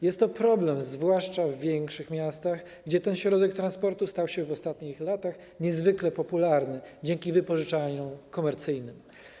Jest to problem zwłaszcza w większych miastach, gdzie ten środek transportu stał się w ostatnich latach niezwykle popularny dzięki wypożyczalniom komercyjnym.